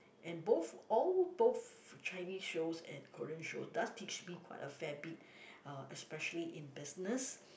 and both all both Chinese shows and Korean shows does teach me quite a fair bit uh especially in business